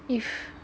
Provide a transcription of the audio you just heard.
if